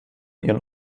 ihren